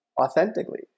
authentically